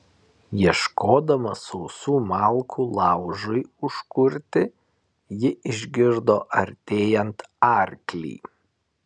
ieškodama sausų malkų laužui užkurti ji išgirdo artėjant arklį